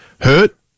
hurt